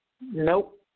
Nope